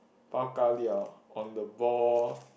bao ka liao on the ball